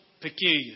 peculiar